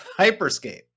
Hyperscape